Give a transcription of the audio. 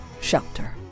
Shelter